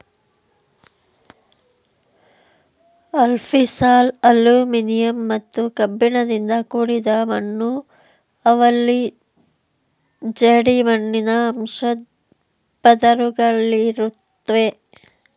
alfisol aluminium ಮತ್ತು ಕಬ್ಬಿಣದಿಂದ ಕೂಡಿದ ಮಣ್ಣು ಅವಲ್ಲಿ ಜೇಡಿಮಣ್ಣಿನ ಅಂಶದ್ ಪದರುಗಳಿರುತ್ವೆ